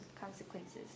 consequences